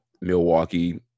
Milwaukee